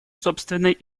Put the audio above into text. собственной